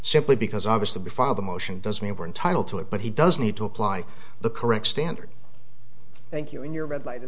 simply because obviously be filed a motion doesn't mean we're entitled to it but he does need to apply the correct standard thank you in your red light